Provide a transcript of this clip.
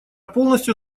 полностью